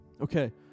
Okay